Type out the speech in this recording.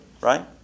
Right